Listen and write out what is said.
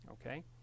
Okay